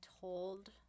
told